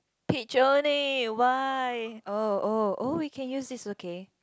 picture only why oh oh oh we can use this okay